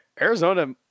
Arizona